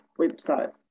website